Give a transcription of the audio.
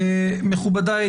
מכובדיי,